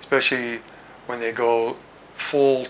especially when they go full